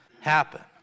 happen